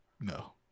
no